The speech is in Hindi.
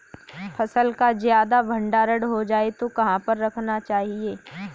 फसल का ज्यादा भंडारण हो जाए तो कहाँ पर रखना चाहिए?